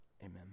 Amen